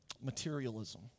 materialism